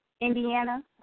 Indiana